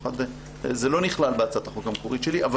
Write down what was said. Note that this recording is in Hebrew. זה לא נכלל בהצעת החוק המקורית שלי אבל